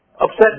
Upset